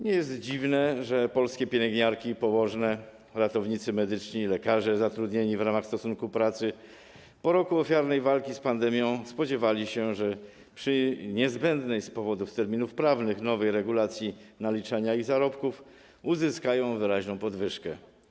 Nie jest dziwne, że polskie pielęgniarki i położne, ratownicy medyczni i lekarze zatrudnieni w ramach stosunku pracy po roku ofiarnej walki z pandemią spodziewali się, że przy niezbędnej z powodów terminów prawnych nowej regulacji naliczania i zarobków uzyskają wyraźną podwyżkę.